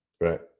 Right